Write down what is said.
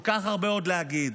כל כך הרבה מה להגיד,